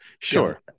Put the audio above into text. sure